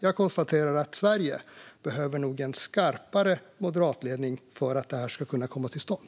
Jag konstaterar att Sverige nog behöver en skarpare moderatledning för att det här ska kunna komma till stånd.